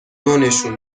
دونشون